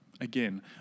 again